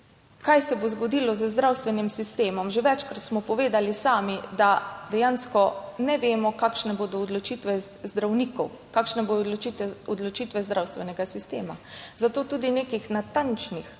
kaj se bo zgodilo z zdravstvenim sistemom, že večkrat smo povedali sami, da dejansko ne vemo kakšne bodo odločitve zdravnikov, kakšne bodo odločitve zdravstvenega sistema. Zato tudi nekih natančnih